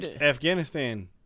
Afghanistan